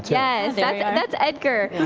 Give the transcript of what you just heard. yeah yeah and that's edgar.